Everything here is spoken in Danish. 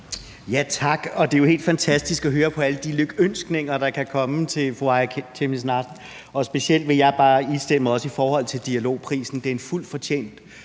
Tak. Det er jo helt fantastisk at høre på alle de lykønskninger, der kommer til fru Aaja Chemnitz Larsen, og specielt vil jeg bare istemme i forhold til Dialogprisen. Det er en fuldt fortjent